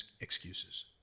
excuses